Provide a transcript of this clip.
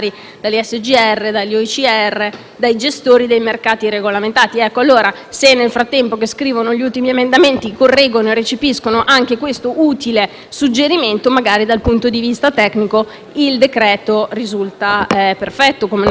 dai gestori dei mercati regolamentati. Se quindi, nel frattempo che scrivono gli ultimi emendamenti, correggono e recepiscono anche questo utile suggerimento, magari dal punto di vista tecnico il decreto-legge risulterà perfetto, come naturalmente i tecnici l'hanno scritto.